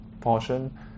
portion